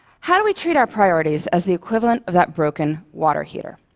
how do we treat our priorities as the equivalent of that broken water heater?